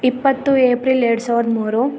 ಇಪ್ಪತ್ತು ಏಪ್ರಿಲ್ ಎರಡು ಸಾವಿರದ ಮೂರು